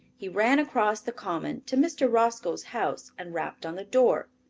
he ran across the common to mr. roscoe's house and rapped on the door.